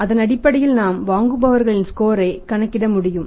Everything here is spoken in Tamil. அதனடிப்படையில் நாம் வாங்குபவர்களின் ஸ்கோரை கணக்கிட முடியும்